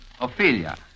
Ophelia